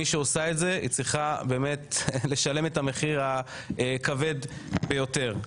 מי שעושה את זה צריכה לשלם את המחיר הכבד ביותר.